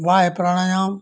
बाह्य प्राणायाम